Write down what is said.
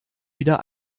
wieder